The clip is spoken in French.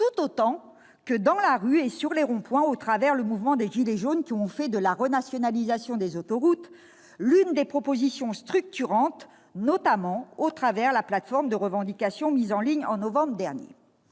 tout autant que dans la rue et sur les ronds-points au travers du mouvement des « gilets jaunes », qui ont fait de la renationalisation des autoroutes l'une de leurs propositions structurantes, notamment la plateforme de revendication mise en ligne en novembre dernier.